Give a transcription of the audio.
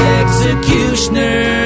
executioner